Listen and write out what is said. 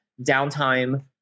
downtime